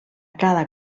cada